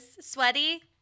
Sweaty